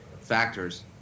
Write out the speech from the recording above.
factors